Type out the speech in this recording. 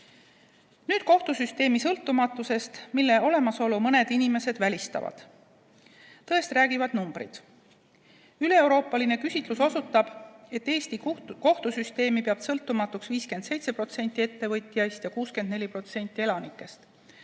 Nüüd kohtusüsteemi sõltumatusest, mille olemasolu mõned inimesed välistavad. Tõest räägivad numbrid. Üleeuroopaline küsitlus osutab, et Eesti kohtusüsteemi peab sõltumatuks 57% ettevõtjaist ja 64% elanikest.